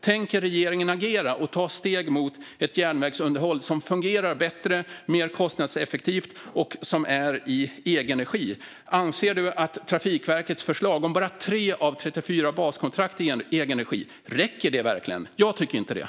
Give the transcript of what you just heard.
Tänker regeringen agera och ta steg mot ett järnvägsunderhåll som fungerar bättre, som är mer kostnadseffektivt och som är i egen regi? Anser du att Trafikverkets förslag om bara 3 av 34 baskontrakt i egen regi räcker? Det tycker inte jag.